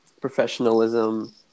professionalism